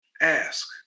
ask